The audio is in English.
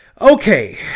Okay